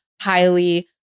highly